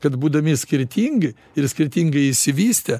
kad būdami skirtingi ir skirtingai išsivystę